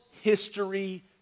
history